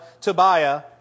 Tobiah